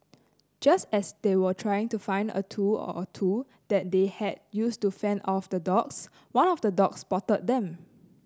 just as they were trying to find a tool or two that they had use to fend off the dogs one of the dogs spotted them